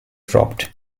dropped